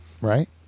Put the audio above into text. right